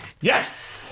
Yes